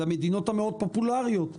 למדינות המאוד פופולאריות לנסיעה.